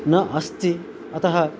न अस्ति अतः